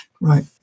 Right